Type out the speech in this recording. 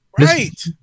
Right